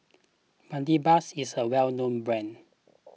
Bedpans is a well known brand